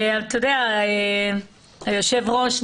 היושב ראש,